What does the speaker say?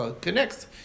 connects